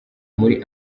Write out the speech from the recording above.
muri